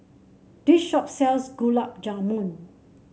this shop sells Gulab Jamun